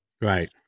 Right